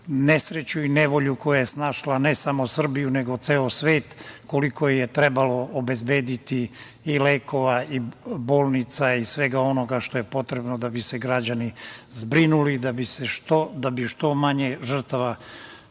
nesreću i nevolju koja je snašla ne samo Srbiju, nego ceo svet, koliko je trebalo obezbediti i lekova i bolnica i svega onoga što je potrebno da bi se građani zbrinuli, da bi što manje žrtava